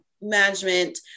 management